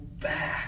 back